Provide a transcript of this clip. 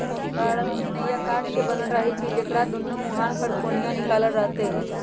पारंपरिक नइया काठ के बनल रहै छइ जेकरा दुनो मूहान पर कोनिया निकालल रहैत हइ